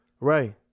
right